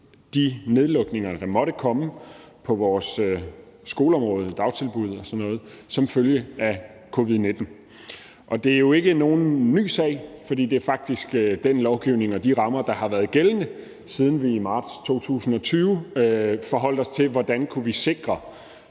de nedlukninger, der måtte komme på vores skoleområde, i dagtilbud osv. som følge af covid-19. Og det er jo ikke nogen ny sag, for det er faktisk den lovgivning og de rammer, der har været gældende, siden vi i marts 2020 forholdt os til, hvordan vi kunne sikre,